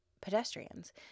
pedestrians